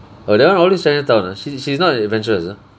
oh that one always chinatown ah she's she's not that adventurous ah